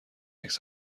عکس